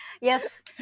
yes